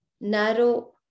narrow